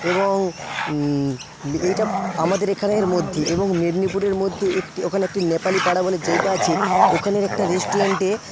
এবং এইটা আমাদের এখানের মধ্যে এবং মেদিনীপুরের মধ্যে ওখানে একটি নেপালি পাড়া বলে জায়গা আছে ওখানের একটা রেস্টুরেন্টে